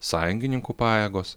sąjungininkų pajėgos